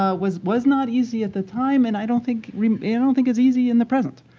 ah was was not easy at the time and i don't think don't think is easy in the present.